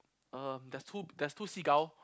um there's two there's two seagull